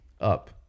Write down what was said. Up